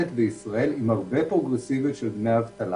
בישראל, מערכת עם הרבה פרוגרסיביות של דמי אבטלה.